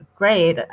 great